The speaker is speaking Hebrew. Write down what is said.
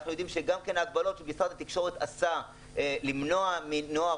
אנחנו גם יודעים שההגבלות שמשרד התקשורת עשה כדי למנוע מנוער